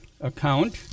account